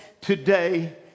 today